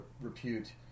repute